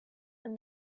and